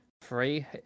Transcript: free